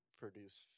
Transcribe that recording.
produce